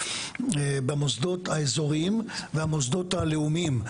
במוסדות האזוריים והמוסדות הלאומיים.